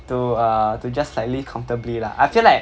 to err to just like live comfortably lah I feel like